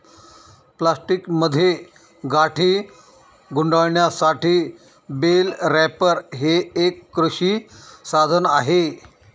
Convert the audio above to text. प्लास्टिकमध्ये गाठी गुंडाळण्यासाठी बेल रॅपर हे एक कृषी साधन आहे